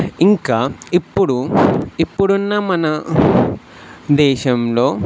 ఇంకా ఇప్పుడు ఇప్పుడున్న మన దేశంలో